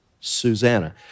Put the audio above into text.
Susanna